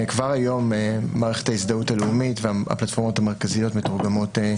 כבר היום מערכת ההזדהות הלאומית והפלטפורמות המרכזיות מתורגמות,